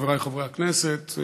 חבריי חברי הכנסת,